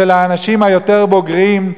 של האנשים היותר בוגרים,